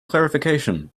clarification